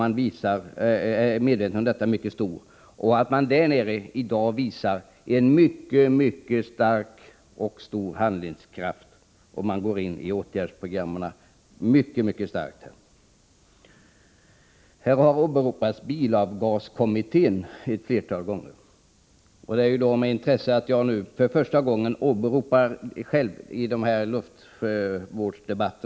Man visar där i dag en mycket stor handlingskraft, och man går mycket starkt in för sina åtgärdsprogram. Bilavgaskommittén har här åberopats ett flertal gånger. Jag kommenterar nu själv för första gången denna kommittés förslag i en luftvårdsdebatt.